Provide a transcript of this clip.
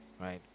right